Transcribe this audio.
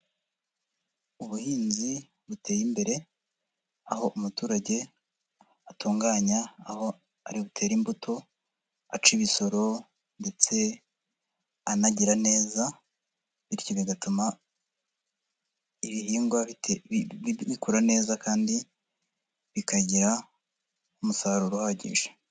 Ubuhinzi buteye imbere aho umuturage atunganya aho aributere imbuto aca ibisoro ndetse anagira neza, bityo bigatuma ibihingwa bikura neza kandi bikagira umusaruro uhagije.